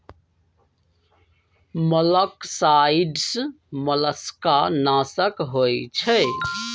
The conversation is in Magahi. मोलॉक्साइड्स मोलस्का नाशक होइ छइ